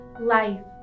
Life